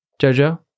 Jojo